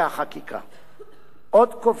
עוד קובעת הצעת חוק-היסוד,